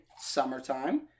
summertime